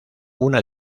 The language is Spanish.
una